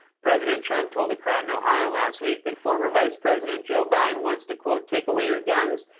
president trump told a crowd in ohio last week that former vice president joe biden wants to take away your guns,